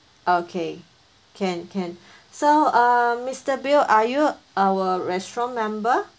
okay can can so uh mister bill are you our restaurant member